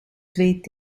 zweet